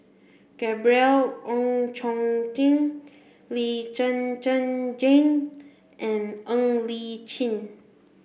Gabriel Oon Chong Jin Lee Zhen Zhen Jane and Ng Li Chin